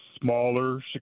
smaller